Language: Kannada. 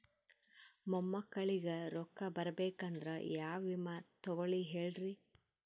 ಮೊಮ್ಮಕ್ಕಳಿಗ ರೊಕ್ಕ ಬರಬೇಕಂದ್ರ ಯಾ ವಿಮಾ ತೊಗೊಳಿ ಹೇಳ್ರಿ?